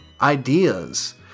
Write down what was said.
ideas